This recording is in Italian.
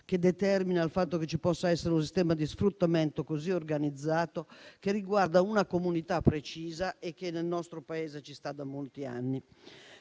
che determina il fatto che ci possa essere un sistema di sfruttamento così organizzato che riguarda una comunità precisa e che nel nostro Paese ci sta da molti anni?